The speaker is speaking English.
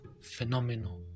phenomenal